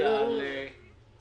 רביזיה על שדה-בוקר.